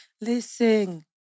listen